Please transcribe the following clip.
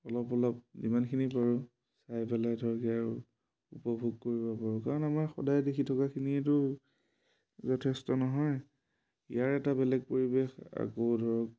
অলপ অলপ যিমানখিনি পাৰোঁ চাই পেলাই ধৰক ইয়াৰ উপভোগ কৰিব পাৰোঁ কাৰণ আমাৰ সদায় দেখি থকাখিনিয়েটো যথেষ্ট নহয় ইয়াৰ এটা বেলেগ পৰিৱেশ আকৌ ধৰক